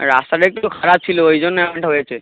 রাস্তাটা একটু খারাপ ছিলো ওই জন্য এমনটা হয়েছে